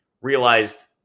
realized